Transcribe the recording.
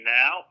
now